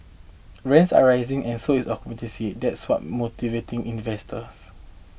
Rents are rising and so is occupancy and that's what's motivating investors